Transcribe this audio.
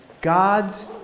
God's